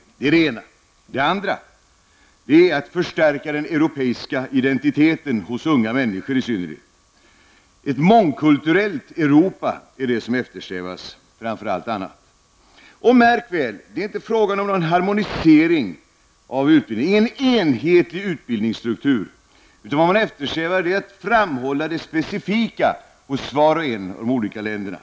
Sedan gäller det att förstärka den europeiska identiteten, i synnerhet hos unga människor. Ett mångkulturellt Europa är det som eftersträvas framför allt annat. Och märk väl: Det är inte fråga om någon harmonisering av utbildningen, en enhetlig utbildningsstruktur, utan vad man eftersträvar är att framhålla det specifika hos vart och ett av de olika länderna.